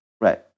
right